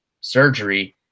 surgery